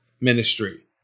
ministry